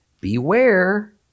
beware